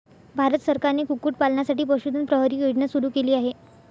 भारत सरकारने कुक्कुटपालनासाठी पशुधन प्रहरी योजना सुरू केली आहे